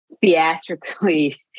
theatrically